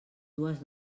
dues